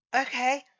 okay